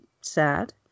sad